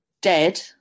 dead